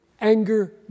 Anger